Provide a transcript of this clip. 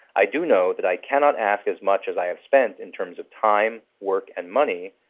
i do know that i cannot ask as much as i have spent in terms of time, work and money.